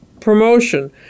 promotion